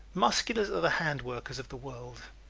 musculars are the hand-workers of the world.